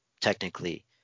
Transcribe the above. technically